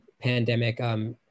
pandemic